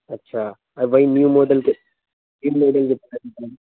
اچھا اور وہی نیو ماڈل کے نیو ماڈل کے کتنے میں پڑیں گے